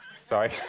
Sorry